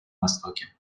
востоке